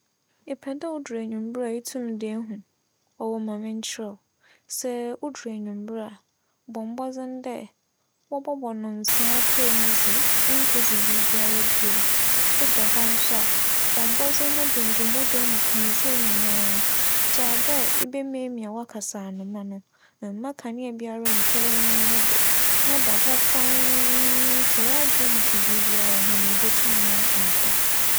Epɛ dɛ odur ewimbir a itum da ehu. ͻwo ma menkyerɛ wo. Sɛ odur ewimbir a, bͻ mbͻdzen dɛ wͻbͻbͻ ndͻnsia mpaamu dze, nnkedzi biribiara bio. Eda hͻ so a, bͻ mbͻdzen na dundum wo dan mu kandzea nyinaa. Gyaa dɛ ebemiamia w'akasaanoma no. Mma kandzea biara nntͻ w'enyiwa no do na da hͻ fann na to w'adwen mu fi biribiara ho na ibotum na ada.